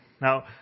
Now